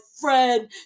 friend